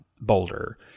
boulder